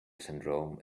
syndrome